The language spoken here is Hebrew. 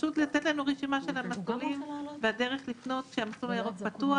אצלנו באגף להכשרה התקציבים כמעט כולם התקבלו להכשרות מקצועיות.